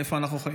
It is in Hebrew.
איפה אנחנו חיים?